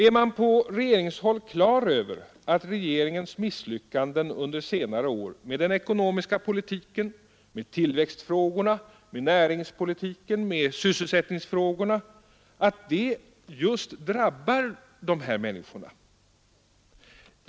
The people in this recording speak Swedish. Är man på regeringshåll på det klara med att regeringens misslyckanden under senare år med den ekonomiska politiken, med tillväxtfrågorna, med näringspolitiken och med sysselsättningsfrågorna just drabbar dessa människor?